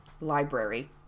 library